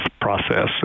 process